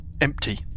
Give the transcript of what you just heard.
empty